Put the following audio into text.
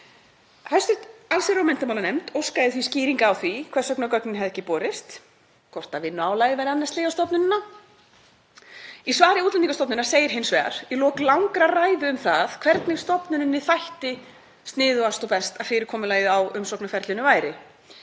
Hv. allsherjar- og menntamálanefnd óskaði skýringa á því hvers vegna gögnin hefðu ekki borist, hvort vinnuálagið væri enn að sliga stofnunina. Í svari Útlendingastofnunar segir hins vegar, í lok langrar ræðu um það hvernig stofnunin þætti sniðugast og best að fyrirkomulagið á umsóknarferlinu væri,